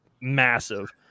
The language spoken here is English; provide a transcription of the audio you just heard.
massive